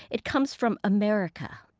it comes from america.